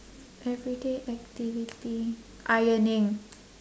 everyday activity ironing